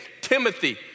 Timothy